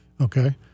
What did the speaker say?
Okay